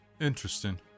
Interesting